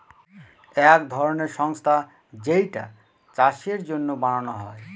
এক ধরনের সংস্থা যেইটা চাষের জন্য বানানো হয়